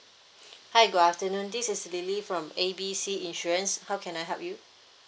hi good afternoon this is lily from A B C insurance how can I help you